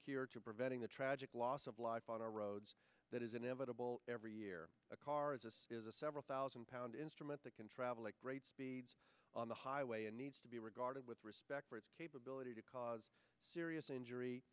cure to preventing the tragic loss of life on our roads that is inevitable every year a car as it is a several thousand pound instrument that can travel at great speed on the highway and needs to be regarded with respect for its capability to cause serious injury